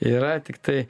yra tiktai